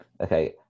okay